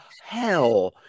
hell